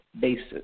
basis